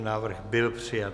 Návrh byl přijat.